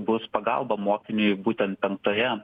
bus pagalba mokiniui būtent penktoje